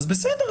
אז בסדר,